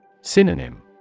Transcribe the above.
Synonym